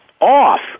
off